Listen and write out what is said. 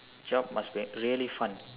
job must be really fun